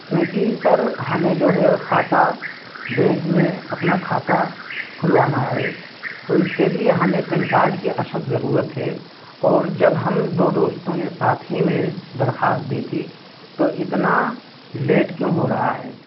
کیوںکہ سر ہمیں جو ہے کھاتا بینک میں اپنا کھاتا کھلوانا ہے تو اس کے لیے ہمیں پن کارڈ کی اشد ضرورت ہے اور جب ہم دو دوستوں نے ساتھ ہی میں درخواست دی تھی تو اتنا لیٹ کیوں ہو رہا ہے